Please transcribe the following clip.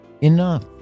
enough